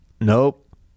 Nope